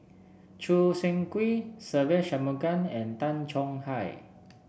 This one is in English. Choo Seng Quee Se Ve Shanmugam and Tay Chong Hai